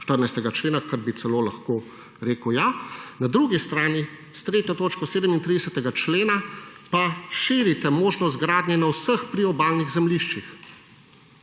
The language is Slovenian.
14. člena, kar bi celo lahko rekel ja. Na drugi strani s 3. točko 37. člena pa širite možnost gradnje na vseh priobalnih zemljiščih,